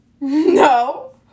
no